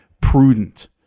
prudent